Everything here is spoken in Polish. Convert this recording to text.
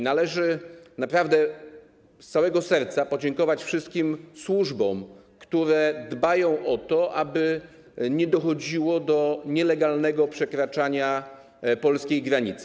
Należy naprawdę z całego serca podziękować wszystkim służbom, które dbają o to, aby nie dochodziło do nielegalnego przekraczania polskiej granicy.